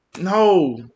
No